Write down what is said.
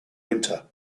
winter